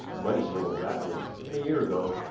money dwindled rapidly, and a year ago,